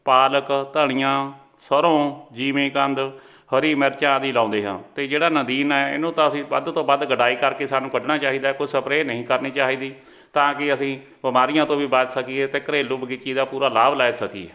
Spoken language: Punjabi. ਪਾਲਕ ਧਨੀਆ ਸਰ੍ਹੋਂ ਜਿਮੀਕੰਦ ਹਰੀ ਮਿਰਚਾਂ ਵੀ ਲਾਉਂਦੇ ਹਾਂ ਅਤੇ ਜਿਹੜਾ ਨਦੀਨ ਹੈ ਇਹਨੂੰ ਤਾਂ ਅਸੀਂ ਵੱਧ ਤੋਂ ਵੱਧ ਗੁਡਾਈ ਕਰਕੇ ਸਾਨੂੰ ਕੱਢਣਾ ਚਾਹੀਦਾ ਕੋਈ ਸਪਰੇਅ ਨਹੀਂ ਕਰਨੀ ਚਾਹੀਦੀ ਤਾਂ ਕਿ ਅਸੀਂ ਬਿਮਾਰੀਆਂ ਤੋਂ ਵੀ ਬਚ ਸਕੀਏ ਅਤੇ ਘਰੇਲੂ ਬਗੀਚੀ ਦਾ ਪੂਰਾ ਲਾਭ ਲੈ ਸਕੀਏ